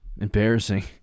embarrassing